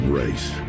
race